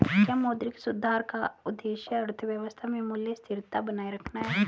क्या मौद्रिक सुधार का उद्देश्य अर्थव्यवस्था में मूल्य स्थिरता बनाए रखना है?